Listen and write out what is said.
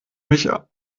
mich